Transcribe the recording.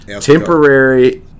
temporary